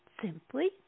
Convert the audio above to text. simply